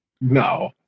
no